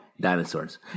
Dinosaurs